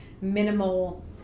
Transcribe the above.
minimal